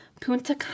Punta